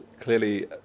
clearly